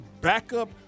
backup